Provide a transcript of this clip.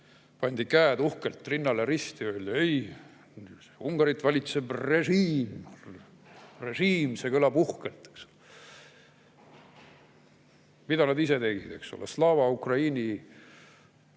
Pandi käed uhkelt rinnale risti, öeldi: "Ei! Ungarit valitseb režiim! Režiim, see kõlab uhkelt!" Mida nad ise tegid? Slava Ukraini